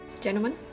Gentlemen